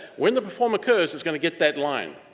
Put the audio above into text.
when the perform occurs, it's gonna get that line.